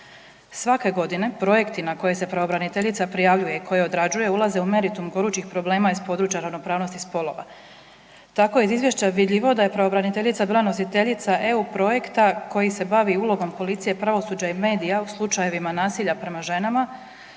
Svake godine projekti na koje se pravobraniteljica prijavljuje i koje odrađuje ulaze u meritum gorućih problema iz područja ravnopravnosti spolova. Tako je iz izvješća vidljivo da je pravobraniteljica bila nositeljica EU projekta koji se bavi ulogom policije, pravosuđa i medija u slučajevima nasilja prema ženama